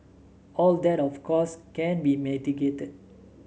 all that of course can be mitigated